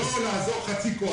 אבל לא לעזור בחצי כוח.